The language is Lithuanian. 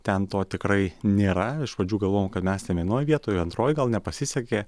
ten to tikrai nėra iš pradžių galvojom kad mes ten vienoj vietoj antroj gal nepasisekė